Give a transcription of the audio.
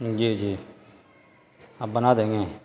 جی جی آپ بنا دیں گے